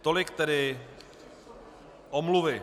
Tolik tedy omluvy.